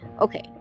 Okay